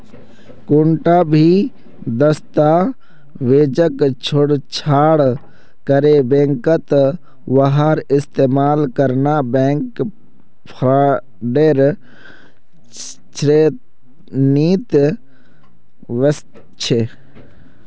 कुंटा भी दस्तावेजक छेड़छाड़ करे बैंकत वहार इस्तेमाल करना बैंक फ्रॉडेर श्रेणीत वस्छे